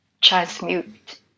transmute